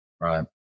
Right